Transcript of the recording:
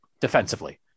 defensively